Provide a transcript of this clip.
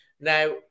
Now